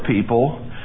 people